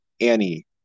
Annie